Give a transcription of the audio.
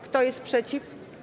Kto jest przeciw?